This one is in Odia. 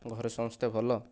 ଘରେ ସମସ୍ତେ ଭଲ